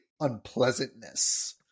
unpleasantness